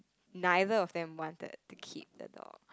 neither of them wanted to keep the dog